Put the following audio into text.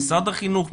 משרד החינוך,